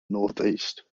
northeast